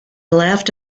laughed